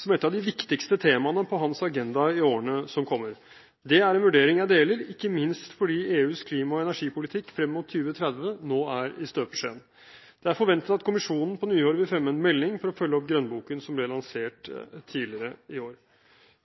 som et av de viktigste temaene på hans agenda i årene som kommer. Det er en vurdering jeg deler, ikke minst fordi EUs klima- og energipolitikk frem mot 2030 nå er i støpeskjeen. Det er forventet at kommisjonen på nyåret vil fremme en melding for å følge opp grønnboken som ble lansert tidligere i år.